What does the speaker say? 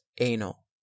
Anal